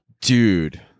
dude